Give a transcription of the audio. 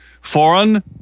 Foreign